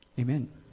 Amen